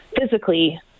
physically